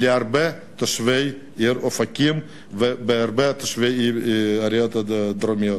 גם להרבה תושבי העיר אופקים ותושבי הערים הדרומיות.